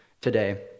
today